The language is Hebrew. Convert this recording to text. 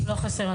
לא חסר אלימות.